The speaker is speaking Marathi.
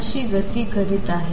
अशी गती करत आहे